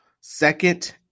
Second